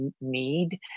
need